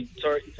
sorry